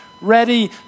ready